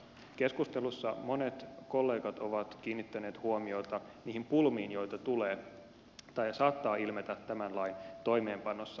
keskustelussa monet kollegat ovat kiinnittäneet huomiota niihin pulmiin joita tulee tai saattaa ilmetä tämän lain toimeenpanossa